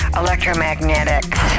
electromagnetics